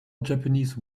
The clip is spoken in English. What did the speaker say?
japanese